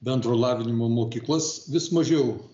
bendro lavinimo mokyklas vis mažiau